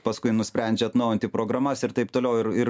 paskui nusprendžia atnaujinti programas ir taip toliau ir ir